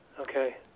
Okay